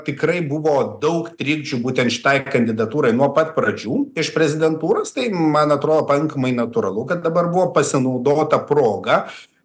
tikrai buvo daug trikdžių būtent šitai kandidatūrai nuo pat pradžių iš prezidentūros tai man atrodo pakankamai natūralu kad dabar buvo pasinaudota proga